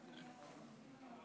אדוני היושב-ראש,